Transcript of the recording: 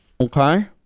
okay